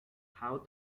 how